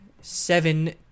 Seven